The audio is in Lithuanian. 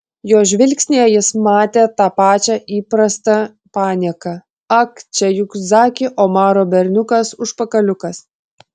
jo žvilgsnyje jis matė tą pačią įprastą panieką ak čia juk zaki omaro berniukas užpakaliukas